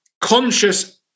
conscious